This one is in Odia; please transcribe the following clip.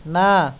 ନା